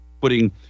putting